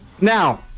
Now